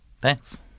Thanks